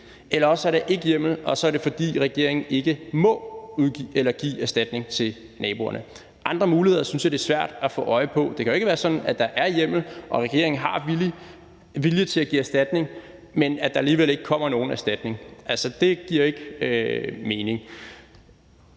eller også er der ikke hjemmel, og så er det, fordi regeringen ikke må give erstatning til naboerne. Andre muligheder synes jeg det er svært at få øje på. Det kan jo ikke være sådan, at der er hjemmel og regeringen har vilje til at give erstatning, men at der alligevel ikke kommer nogen erstatning. Altså, det giver ikke mening.